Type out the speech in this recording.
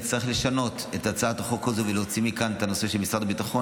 נצטרך לשנות את הצעת החוק הזו ולהוציא מכאן את הנושא של משרד הביטחון.